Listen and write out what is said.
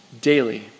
daily